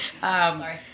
Sorry